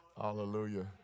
Hallelujah